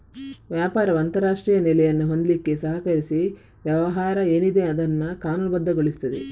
ವ್ಯಾಪಾರವು ಅಂತಾರಾಷ್ಟ್ರೀಯ ನೆಲೆಯನ್ನು ಹೊಂದ್ಲಿಕ್ಕೆ ಸಹಕರಿಸಿ ವ್ಯವಹಾರ ಏನಿದೆ ಅದನ್ನ ಕಾನೂನುಬದ್ಧಗೊಳಿಸ್ತದೆ